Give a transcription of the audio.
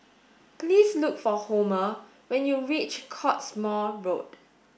please look for Homer when you reach Cottesmore Road